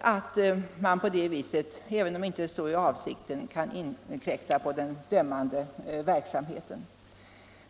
att verket, även om inte detta är avsikten, kan inkräkta på den dömande verksamheten.